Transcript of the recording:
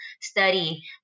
study